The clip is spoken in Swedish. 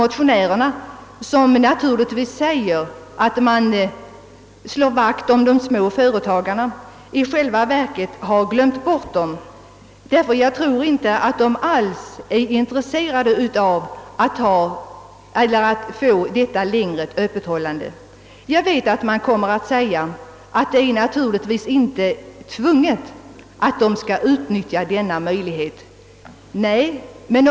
Motionärerna säger sig vilja slå vakt om de små företagens intressen, men i själva verket tror jag att motionärerna har glömt bort de små företagarna, som jag inte alls tror är intresserade av detta längre öppethållande. Det kan naturligtvis sägas, att ingen tvingas att utnyttja denna möjlighet till längre öppethållande.